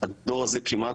הדור הזה כמעט,